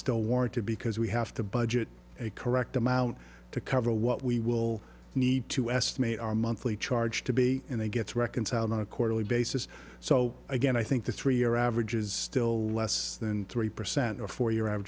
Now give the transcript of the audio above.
still warranted because we have to budget a correct amount to cover what we will need to estimate our monthly charge to be in the gets reconciled on a quarterly basis so again i think the three year average is still less than three percent or four year i'm